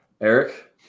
Eric